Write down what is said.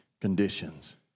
conditions